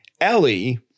Ellie